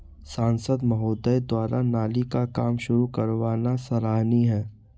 सांसद महोदय द्वारा नाली का काम शुरू करवाना सराहनीय है